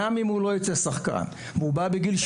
גם אם הוא לא ייצא שחקן,